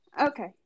Okay